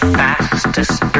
fastest